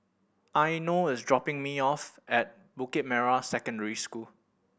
Eino is dropping me off at Bukit Merah Secondary School